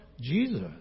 Jesus